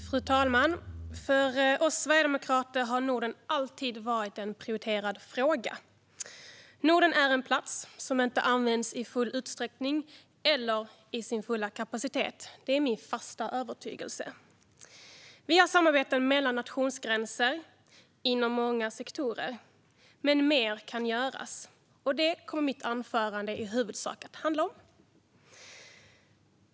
Fru talman! För oss sverigedemokrater har Norden alltid varit en prioriterad fråga. Norden är en plats som inte används i full utsträckning eller i sin fulla kapacitet. Det är min fasta övertygelse. Vi har samarbeten mellan nationsgränser, inom många sektorer, men mer kan göras. Detta kommer mitt anförande i huvudsak att handla om.